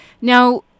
Now